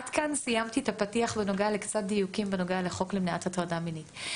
עד כאן סיימתי את הפתיח עם קצת דיוקים בנוגע לחוק למניעת הטרדה מינית.